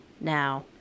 now